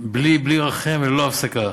בלי רחם וללא הפסקה.